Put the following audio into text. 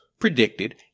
predicted